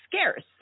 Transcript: scarce